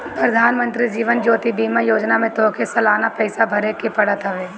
प्रधानमंत्री जीवन ज्योति बीमा योजना में तोहके सलाना पईसा भरेके पड़त हवे